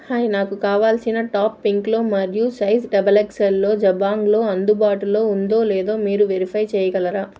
hi నాకు కావలసిన top పింక్లో మరియు సైజ్ డబల్ ఎక్సెల్లో జబాంగ్లో అందుబాటులో ఉందో లేదో మీరు వెరిఫై చేయగలరా